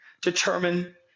determine